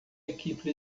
equipe